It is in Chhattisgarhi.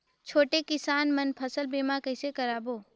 छोटे किसान मन फसल बीमा कइसे कराबो?